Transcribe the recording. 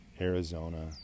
Arizona